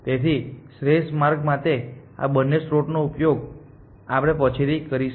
તેથી શ્રેષ્ઠ માર્ગ માટે આ બંને સ્ત્રોતોનો ઉપયોગ આપણે પછી થી કરીશું